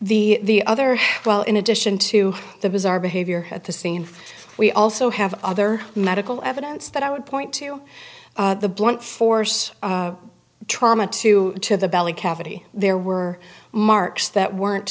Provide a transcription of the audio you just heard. the other well in addition to the bizarre behavior at the scene we also have other medical evidence that i would point to the blunt force trauma to the belly cavity there were marks that weren't